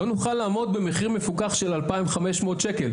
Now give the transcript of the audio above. לא נוכל לעמוד במחיר מפוקח של 2,500 שקל.